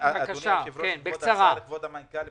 כבוד המנכ"ל.